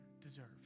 deserves